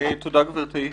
תודה גבירתי.